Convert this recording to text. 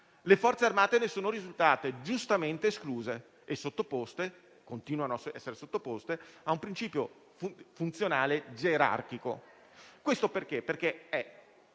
le Forze armate ne sono risultate giustamente escluse, continuando a essere sottoposte a un principio funzionale gerarchico. Questo perché, in sé,